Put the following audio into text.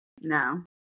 No